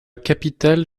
capitale